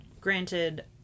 granted